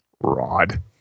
Rod